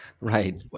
Right